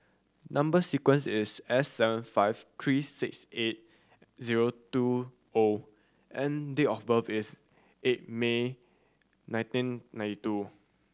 number sequence is S seven five three six eight zero two O and date of birth is eight May nineteen ninety two